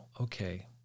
okay